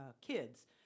kids